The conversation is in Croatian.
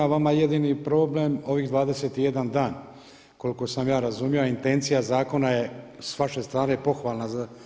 Vama je jedini problem ovih 21 dana koliko sam ja razumio, a intencija zakona je s vaše strane pohvalna.